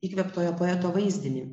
įkvėptojo poeto vaizdinį